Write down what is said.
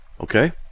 Okay